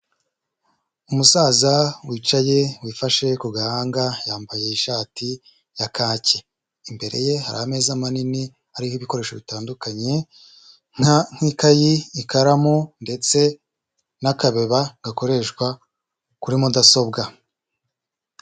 Umusaza wicaye wifashe ku gahanga yambaye ishati ya kake, imbere ye hari ameza manini hariho ibikoresho bitandukanye nka nk'ikayi, ikaramu ndetse n'akabeba gakoreshwa kuri mudasobwa.